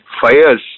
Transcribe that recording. fires